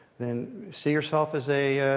then see yourself as a